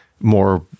more